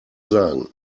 sagen